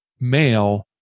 male